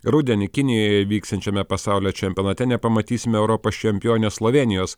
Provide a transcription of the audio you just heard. rudenį kinijoje vyksiančiame pasaulio čempionate nepamatysime europos čempionės slovėnijos